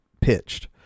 pitched